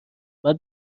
باید